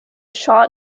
shot